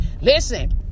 listen